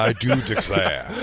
ah do um declare.